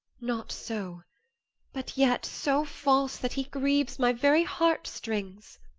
not so but yet so false that he grieves my very heart-strings.